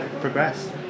progress